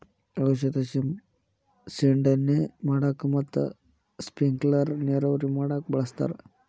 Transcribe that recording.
ಔಷದ ಸಿಂಡಣೆ ಮಾಡಾಕ ಮತ್ತ ಸ್ಪಿಂಕಲರ್ ನೇರಾವರಿ ಮಾಡಾಕ ಬಳಸ್ತಾರ